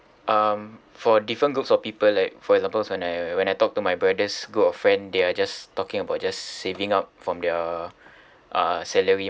um for different groups of people like for examples when I when I talk to my brother's group of friend they are just talking about just saving up from their uh salary